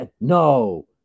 No